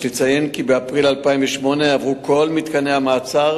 יש לציין כי באפריל 2008 עברו כל מתקני המעצר